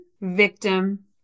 victim